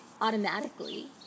Automatically